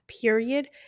period